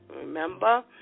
remember